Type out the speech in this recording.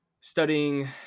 studying